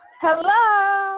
Hello